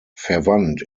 verwandt